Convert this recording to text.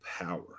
power